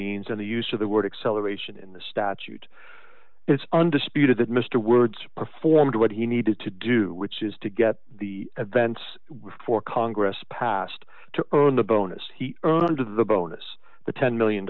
means and the use of the word acceleration in the statute it's undisputed that mr words performed what he needed to do which is to get the events before congress passed to the bonus he wanted the bonus the ten million